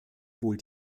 wohl